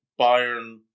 Bayern